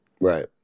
right